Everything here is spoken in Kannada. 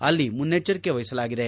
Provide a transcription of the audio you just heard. ಅಲ್ಲಿ ಮುನ್ನೆಚ್ಚರಿಕೆ ವಹಿಸಲಾಗಿದೆ